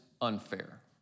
unfair